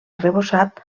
arrebossat